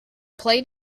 played